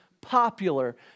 popular